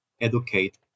educate